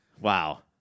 Wow